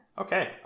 Okay